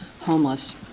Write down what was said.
homeless